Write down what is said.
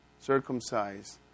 circumcised